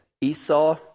Esau